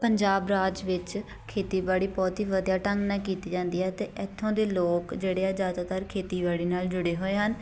ਪੰਜਾਬ ਰਾਜ ਵਿੱਚ ਖੇਤੀਬਾੜੀ ਬਹੁਤ ਹੀ ਵਧੀਆ ਢੰਗ ਨਾਲ਼ ਕੀਤੀ ਜਾਂਦੀ ਹੈ ਅਤੇ ਇੱਥੋਂ ਦੇ ਲੋਕ ਜਿਹੜੇ ਆ ਜ਼ਿਆਦਾਤਰ ਖੇਤੀਬਾੜੀ ਨਾਲ਼ ਜੁੜੇ ਹੋਏ ਹਨ